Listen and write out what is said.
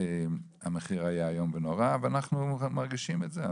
המחיר היה איום ונורא ואנחנו מרגישים את זה.